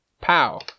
Pow